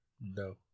No